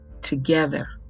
together